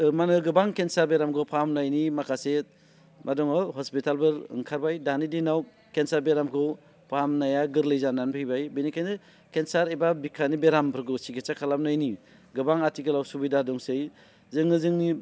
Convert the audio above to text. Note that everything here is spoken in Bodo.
मा होनो गोबां केन्सार बेरामखौ फाहामनायनि माखासे मा दङ हस्पिटालबो ओंखारबाय दानि दिनाव केन्सार बेरामखौ फाहामनाया गोरलै जानानै फैबाय बिनिखायनो केन्सार एबा बिखानि बेरामफोरखौ सिखिथसा खालामनायनि गोबां आथिखालाव सुबिदा दंसै जोङो जोंनि